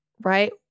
right